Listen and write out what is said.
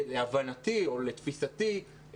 להבנתי או לתפיסתי,